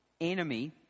enemy